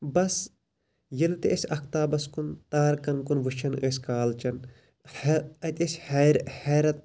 بَس ییٚلہِ تہِ أسۍ افتابَس کُن تارکَن کُن وٕچھان ٲسۍ کالچَن حے اَتہِ ٲسۍ حیرَت